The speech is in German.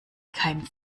kein